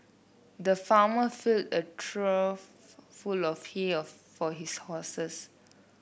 the farmer filled a trough full of hay of for his horses